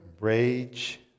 rage